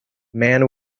man